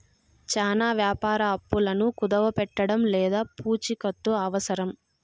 చానా వ్యాపార అప్పులను కుదవపెట్టడం లేదా పూచికత్తు అవసరం